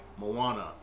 Moana